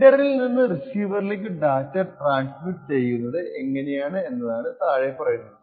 സെൻഡറിൽ നിന്ന് റിസീവറിലേക്കു data transmit ചെയ്യുന്നത് എങ്ങനെയാണ് എന്നതാണ് താഴെ പറയുന്നത്